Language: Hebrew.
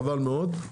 חבל מאוד.